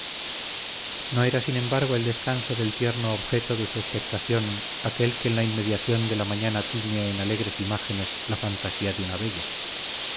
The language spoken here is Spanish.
no era sin embargo el descanso del tierno objeto de su expectación aquél que en la inmediación de la mañana tiñe en alegres imágenes la fantasía de una bella